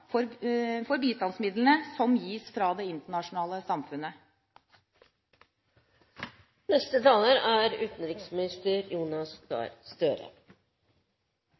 for bistandsmidlene som gis fra det internasjonale samfunnet.